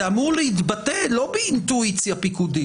זה אמור להתבטא לא באינטואיציה פיקודית.